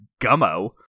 Gummo